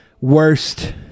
Worst